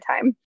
time